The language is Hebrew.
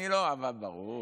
אני לא, אבל ברור.